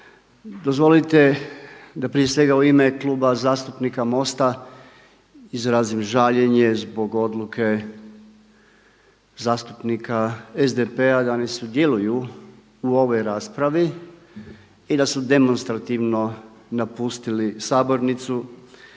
Dozvolite da prije svega u ime Kluba zastupnika MOST a izrazim žaljenje zbog odluke zastupnika SDP-a da ne sudjeluju u ovoj raspravi i da su demonstrativno napustili sabornicu